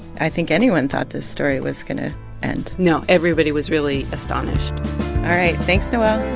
i think, anyone thought this story was going to end no. everybody was really astonished all right. thanks, noel.